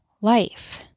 life